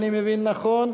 אם אני מבין נכון.